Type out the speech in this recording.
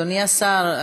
אדוני השר,